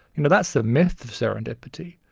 you know that's the myth of serendipity.